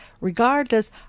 regardless